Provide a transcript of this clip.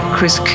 Chris